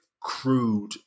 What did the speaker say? crude